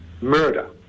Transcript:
murder